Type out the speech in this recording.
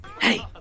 Hey